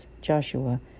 Joshua